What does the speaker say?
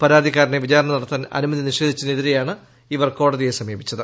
പരാതിക്കാരനെ വിചാരണ നടത്താൻ അനുമതി നിഷേധിച്ചതിനെതിരെയാണ് ഇവർ കോടതിയെ സമീപിച്ചത്